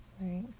Right